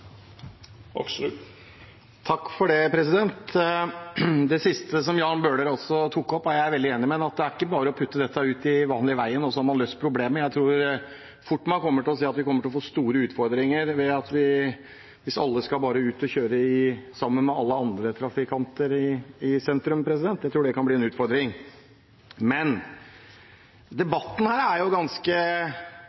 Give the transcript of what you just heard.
Det siste Jan Bøhler tok opp, er jeg veldig enig med ham i. Det er ikke bare å sende dem ut i den vanlige veien, og så har man løst problemet. Jeg tror man da fort kommer til å se at vi kommer til å få store utfordringer. Hvis alle skal ut og kjøre sammen med alle andre trafikanter i sentrum, tror jeg det kan bli en utfordring.